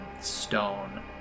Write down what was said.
stone